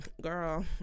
girl